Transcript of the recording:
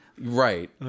Right